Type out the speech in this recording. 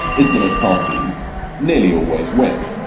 islamist parties nearly always win,